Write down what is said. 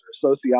sociology